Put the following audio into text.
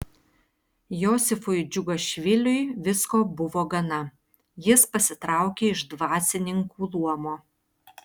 josifui džiugašviliui visko buvo gana jis pasitraukė iš dvasininkų luomo